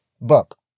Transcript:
book